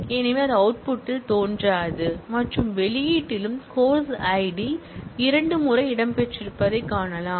எனவே அதுவும் அவுட்புட்டில் தோன்றாது மற்றும் வெளியீட்டிலும் course id இரண்டு முறை இடம்பெற்றிருப்பதைக் காணலாம்